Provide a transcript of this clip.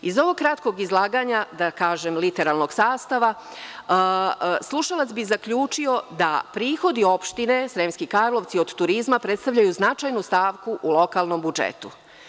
Iz ovog kratkog izlaganja da kažem, literalnog sastava, slušalac bi zaključio da prihodi opštine Sremski Karlovci od turizma predstavljaju značajnu stavku u lokalnom budžetu.